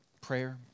Prayer